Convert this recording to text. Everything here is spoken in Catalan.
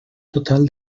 total